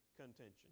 contention